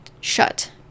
shut